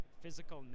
physical